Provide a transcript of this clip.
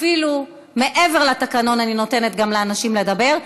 אפילו מעבר לתקנון אני נותנת גם לאנשים לדבר,